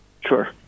sure